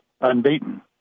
unbeaten